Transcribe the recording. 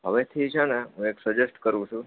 હવેથી છે ને એક સજેસ્ટ કરું છું